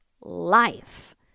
life